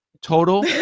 total